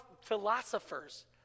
philosophers